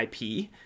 IP